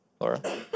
Laura